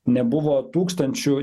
nebuvo tūkstančių